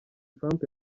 trump